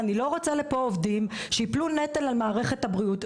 אני לא רוצה להביא לפה עובדים שייפלו נטל על מערכת הבריאות,